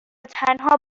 تنها